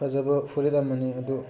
ꯐꯖꯕ ꯐꯨꯔꯤꯠ ꯑꯃꯅꯤ ꯑꯗꯨ